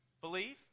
believe